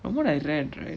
from what I read right